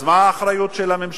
אז מה האחריות של הממשלה?